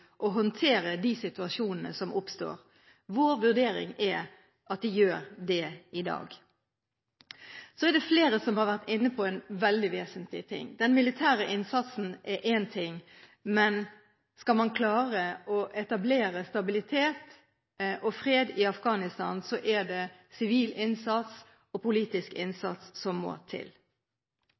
å håndtere de situasjonene som oppstår. Vår vurdering er at de gjør det i dag. Så er det flere som har vært inne på noe veldig vesentlig: Den militære innsatsen er én ting, men skal man klare å etablere stabilitet og fred i Afghanistan, er det sivil innsats og politisk innsats som må til.